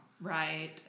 Right